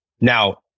Now